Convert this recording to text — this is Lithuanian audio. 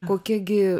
kokia gi